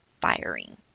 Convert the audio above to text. firing